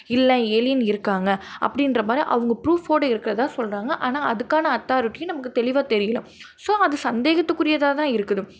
இல்லை ஏலியன் இருக்காங்கள் அப்படின்ற மாதிரி அவங்க ப்ரூஃவோட இருக்கிறதா சொல்கிறாங்க ஆனால் அதுக்கான அத்தாரிட்டியும் நமக்கு தெளிவாக தெரியல ஸோ அது சந்தேகத்துக்குரியதாகதான் இருக்குது